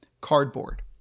cardboard